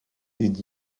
did